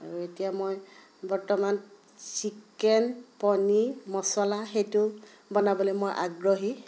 আৰু এতিয়া মই বৰ্তমান চিকেন পনীৰ মছলা সেইটো বনাবলৈ মই আগ্ৰহী